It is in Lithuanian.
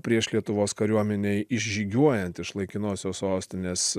prieš lietuvos kariuomenei išžygiuojant iš laikinosios sostinės